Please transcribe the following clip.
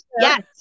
Yes